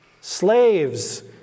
Slaves